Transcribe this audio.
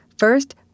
First